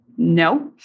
No